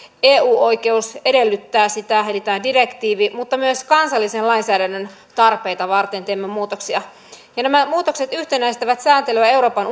eu oikeus edellyttää sitä eli tämä direktiivi mutta myös kansallisen lainsäädännön tarpeita varten teemme muutoksia nämä muutokset yhtenäistävät sääntelyä euroopan